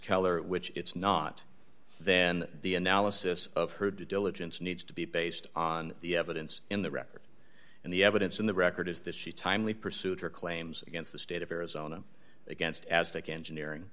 keller which it's not then the analysis of her due diligence needs to be based on the evidence in the record and the evidence in the record is that she timely pursued her claims against the state of arizona against aztec engineering